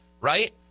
right